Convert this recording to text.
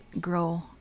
grow